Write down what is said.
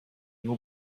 nur